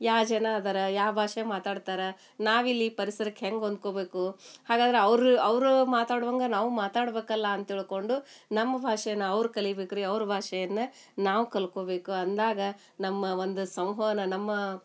ಯಾವ ಜನ ಇದಾರೆ ಯಾವ ಭಾಷೆ ಮಾತಾಡ್ತಾರೆ ನಾವು ಇಲ್ಲಿ ಪರಿಸರಕ್ಕೆ ಹೆಂಗೆ ಹೊಂದಿಕೋಬೇಕು ಹಾಗಾದ್ರೆ ಅವ್ರೂ ಅವರೂ ಮಾತಾಡುವಂಗೆ ನಾವು ಮಾತಾಡ್ಬೇಕಲ್ಲ ಅಂತ ತಿಳ್ಕೊಂಡು ನಮ್ಮ ಭಾಷೆನ ಅವ್ರು ಕಲಿಬೇಕು ರೀ ಅವ್ರ ಭಾಷೆಯನ್ನು ನಾವು ಕಲ್ತ್ಕೋಬೇಕು ಅಂದಾಗ ನಮ್ಮ ಒಂದು ಸಂವಹನ ನಮ್ಮ